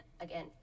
again